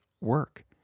work